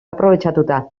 aprobetxatuta